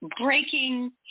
breaking